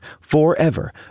forever